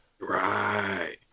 Right